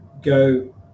go